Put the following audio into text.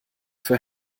für